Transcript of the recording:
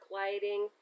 lighting